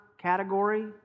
category